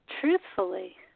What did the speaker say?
truthfully